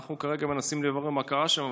אנחנו כרגע מנסים לברר מה קרה שם,